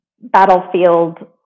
battlefield